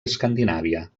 escandinàvia